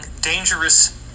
dangerous